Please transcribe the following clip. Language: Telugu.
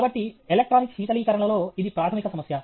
కాబట్టి ఎలక్ట్రానిక్ శీతలీకరణలో ఇది ప్రాథమిక సమస్య